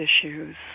issues